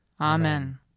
Amen